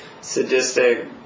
sadistic